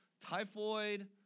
typhoid